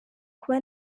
kuba